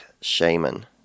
Shaman